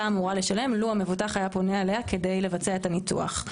אמורה לשלם לו המבוטח היה פונה אליה כדי לבצע את הניתוח.